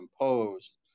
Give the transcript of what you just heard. imposed